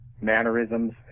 mannerisms